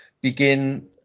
begin